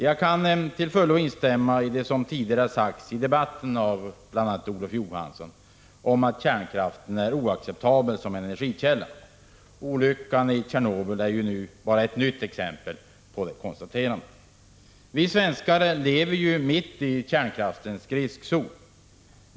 Jag kan till fullo instämma i det som tidigare har sagts i debatten av bl.a. Olof Johansson, nämligen att kärnkraften är oacceptabel som energikälla. Olyckan i Tjernobyl är ett nytt bevis på detta. Vi svenskar lever mitt i kärnkraftens riskzon.